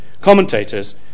commentators